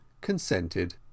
consented